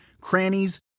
crannies